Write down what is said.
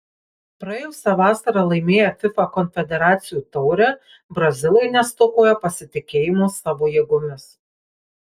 praėjusią vasarą laimėję fifa konfederacijų taurę brazilai nestokoja pasitikėjimo savo jėgomis